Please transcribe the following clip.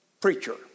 preacher